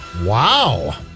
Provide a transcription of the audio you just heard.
Wow